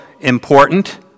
important